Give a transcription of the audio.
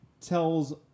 tells